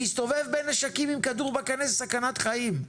להסתובב בין נשקים עם כדור בקנה זאת סכנת חיים.